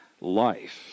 Life